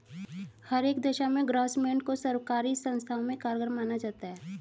हर एक दशा में ग्रास्मेंट को सर्वकारी संस्थाओं में कारगर माना जाता है